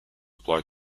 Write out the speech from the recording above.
apply